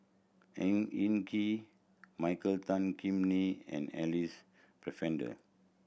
Ang Hin Kee Michael Tan Kim Nei and Alice Pennefather